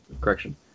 Correction